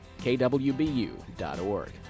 kwbu.org